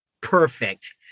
perfect